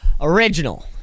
original